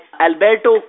alberto